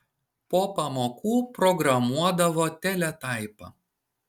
po pamokų programuodavo teletaipą